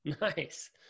Nice